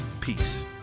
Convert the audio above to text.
Peace